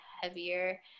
heavier